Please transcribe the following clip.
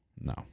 no